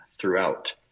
throughout